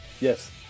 Yes